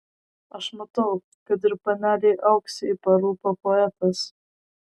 aš matau kad ir panelei auksei parūpo poetas